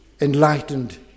enlightened